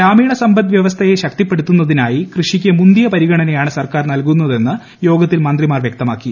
ഗ്രാമീണ സമ്പദ് വൃവസ്ഥയെ ശക്തിപ്പെടുത്തുന്നതിനായി കൃഷിക്ക് മുന്തിയ പരിഗണനയാണ് സർക്കാർ നൽകുന്നതെന്ന് യോഗത്തിൽ മന്ത്രിമാർ വൃക്തമാക്കി